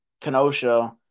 Kenosha